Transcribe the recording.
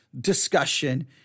discussion